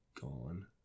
gone